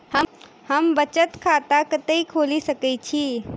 हम बचत खाता कतऽ खोलि सकै छी?